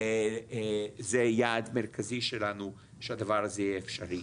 זה יעד מרכזי שלנו שהדבר הזה יהיה אפשרי.